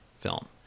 film